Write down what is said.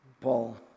Paul